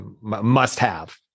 must-have